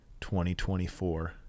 2024